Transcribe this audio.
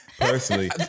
personally